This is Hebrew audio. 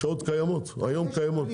השעות היום קיימות.